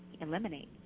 eliminate